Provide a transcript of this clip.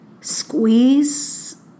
squeeze